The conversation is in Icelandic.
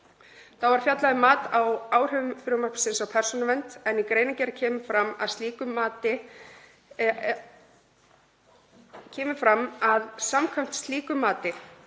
Þá var fjallað um mat á áhrifum frumvarpsins á persónuvernd, en í greinargerð kemur fram að samkvæmt slíku mati